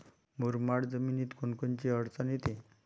मुरमाड जमीनीत कोनकोनची अडचन येते?